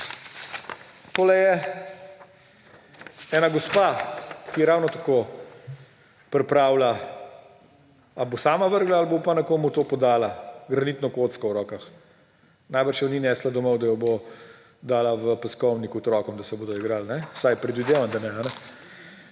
Tole je ena gospa, ki je ravno tako pripravila – ali bo sama vrgla ali bo pa nekomu to podala – granitno kocko v rokah. Najbrž je ni nesla domov, da jo bo dala v peskovnik otrokom, da se bodo igrali. Vsaj predvidevan, da ne.